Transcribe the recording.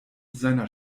seiner